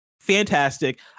Fantastic